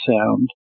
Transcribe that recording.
sound